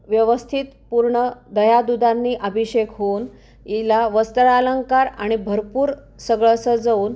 व्यवस्थित पूर्ण दह्या दुधांनी अभिषेक होऊन हिला वस्त्रालंकार आणि भरपूर सगळं सजवून